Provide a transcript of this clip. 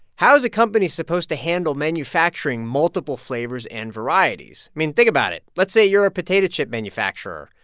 how is a company supposed to handle manufacturing multiple flavors and varieties? i mean, think about it. let's say you're a potato chip manufacturer.